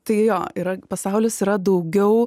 tai jo yra pasaulis yra daugiau